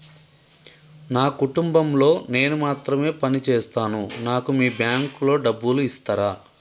నా కుటుంబం లో నేను మాత్రమే పని చేస్తాను నాకు మీ బ్యాంకు లో డబ్బులు ఇస్తరా?